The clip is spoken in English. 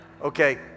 Okay